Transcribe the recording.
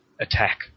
attack